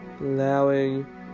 Allowing